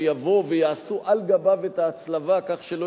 שיבואו ויעשו על גביו את ההצלבה כך שלא